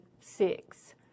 six